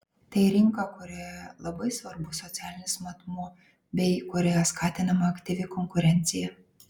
tai rinka kurioje labai svarbus socialinis matmuo bei kurioje skatinama aktyvi konkurencija